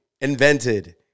invented